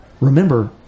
remember